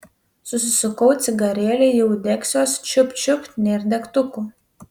susisukau cigarėlį jau degsiuos čiupt čiupt nėr degtukų